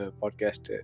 podcast